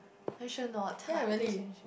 are you sure or not time things may change